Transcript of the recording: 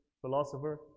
philosopher